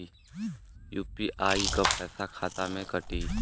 UPI क पैसा खाता से कटी?